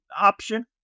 option